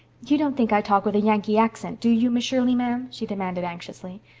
you don't think i talk with a yankee accent, do you, miss shirley, ma'am? she demanded anxiously.